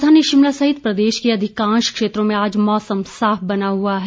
राजधानी शिमला सहित प्रदेश के अधिकांश क्षेत्रों में आज मौसम साफ बना हुआ है